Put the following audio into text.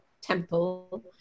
Temple